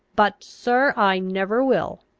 but, sir, i never will.